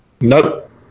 Nope